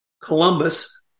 Columbus